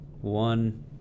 One